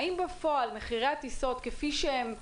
האם בפועל מחירי הטיסות, כפי שהם היו,